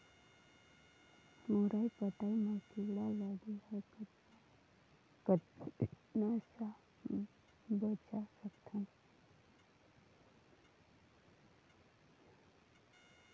मुरई पतई म कीड़ा लगे ह कतना स बचा सकथन?